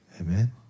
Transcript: Amen